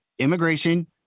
immigration